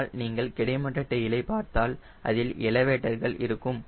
ஆனால் நீங்கள் கிடைமட்ட டெயிலை பார்த்தால் அதில் எலவேட்டர்கள் இருக்கும்